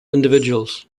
individuals